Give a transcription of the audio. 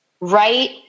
right